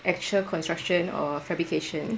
actual construction or fabrication